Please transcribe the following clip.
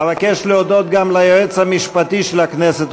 אבקש להודות גם ליועץ המשפטי של הכנסת,